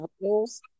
rules